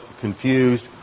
confused